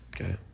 Okay